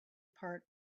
part